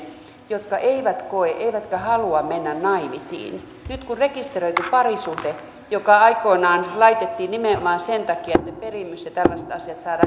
jotka eivät koe eivätkä halua mennä naimisiin nyt kun häviää rekisteröity parisuhde joka aikoinaan laitettiin nimenomaan sen takia että perimys ja tällaiset asiat saadaan